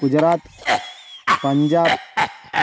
Gujarat Punjab